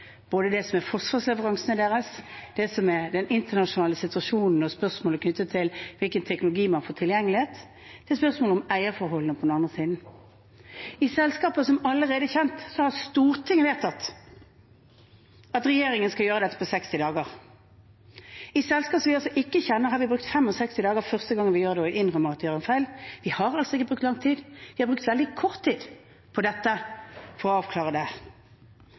forsvarsleveransene deres, den internasjonale situasjonen, spørsmål knyttet til hvilken teknologi som er tilgjengelig, og spørsmål om eierforhold. I selskaper som allerede er kjent, har Stortinget vedtatt at regjeringen skal gjøre dette på 60 dager. I et selskap som vi ikke kjenner, har vi brukt 65 dager første gang vi gjør det, og vi innrømmer at vi har gjort en feil. Vi har ikke brukt lang tid, vi har brukt veldig kort tid på å avklare dette. Det er fordi det